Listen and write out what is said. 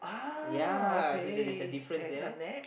yea so there there's a difference there